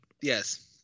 Yes